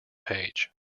page